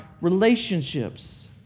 relationships